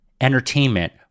entertainment